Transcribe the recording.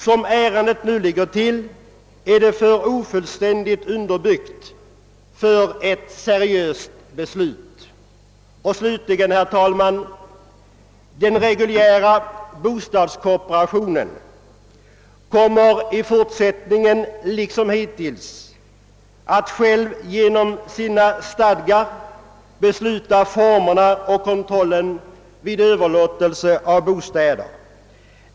Såsom ärendet nu ligger till är det för ofullständigt underbyggt för ett seriöst beslut. Herr talman! Jag vill slutligen säga att den reguljära bostadskooperationen i fortsättningen liksom hittills själv genom sina stadgar kommer att bestämma formerna för och kontrollen vid överlåtelse av bostäder.